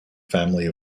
family